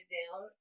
Zoom